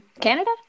Canada